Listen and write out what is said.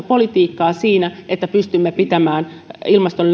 politiikkaa siinä että pystymme pitämään ilmaston